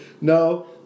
no